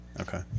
Okay